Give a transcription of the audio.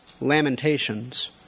lamentations